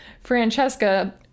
Francesca